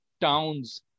towns